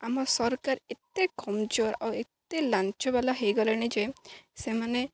ଆମ ସରକାର ଏତେ କମ୍ଜୋର୍ ଆଉ ଏତେ ଲାଞ୍ଚବାଲା ହେଇଗଲାଣି ଯେ ସେମାନେ